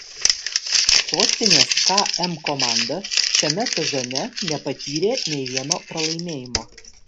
sostinės km komanda šiame sezone nepatyrė nei vieno pralaimėjimo